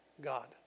God